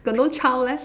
got no child leh